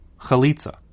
chalitza